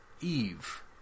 Eve